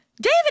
David